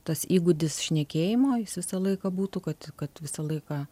tas įgūdis šnekėjimo jis visą laiką būtų kad kad visą laiką